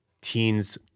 teens